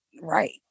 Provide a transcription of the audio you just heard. right